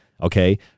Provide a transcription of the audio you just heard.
okay